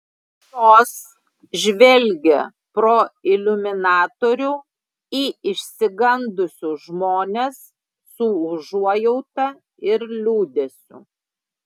jos žvelgė pro iliuminatorių į išsigandusius žmones su užuojauta ir liūdesiu